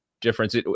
difference